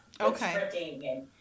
Okay